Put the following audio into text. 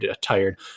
tired